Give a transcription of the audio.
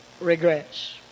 regrets